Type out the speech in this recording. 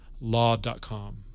law.com